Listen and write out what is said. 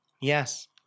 Yes